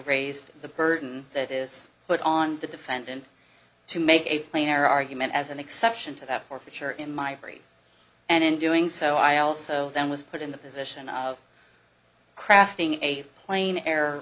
raised the burden that is put on the defendant to make a plainer argument as an exception to that or future in my parade and in doing so i also then was put in the position of crafting a plain air